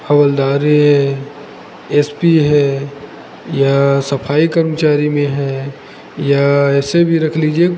हवलदारी है S P है या सफाई कर्मचारी में है या ऐसे भी रख लीजिए